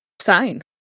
sign